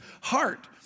heart